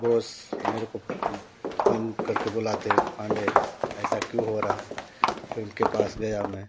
boss मेरे को phone करके बुलाते पांडे ऐसा क्यों हो रहा है फिर उनके पास गया मैं